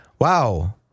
wow